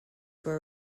were